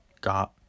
got